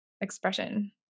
expression